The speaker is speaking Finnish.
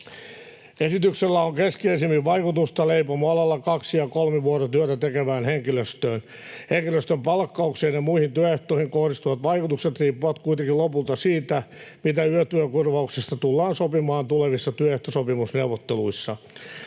Esityksellä on keskeisimmin vaikutusta leipomoalalla kaksi- ja kolmivuorotyötä tekevään henkilöstöön. Henkilöstön palkkaukseen ja muihin työehtoihin kohdistuvat vaikutukset riippuvat kuitenkin lopulta siitä, mitä yötyökorvauksesta tullaan sopimaan tulevissa työehtosopimusneuvotteluissa.